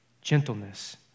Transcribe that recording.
gentleness